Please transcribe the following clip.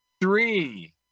three